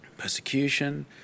Persecution